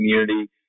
community